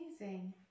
amazing